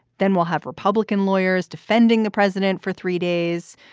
then we'll have republican lawyers defending the president for three days.